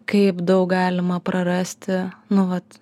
kaip daug galima prarasti nu vat